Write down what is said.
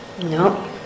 no